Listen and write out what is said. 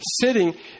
sitting